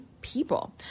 people